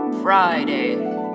Friday